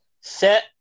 set